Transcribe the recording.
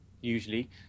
usually